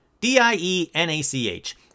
D-I-E-N-A-C-H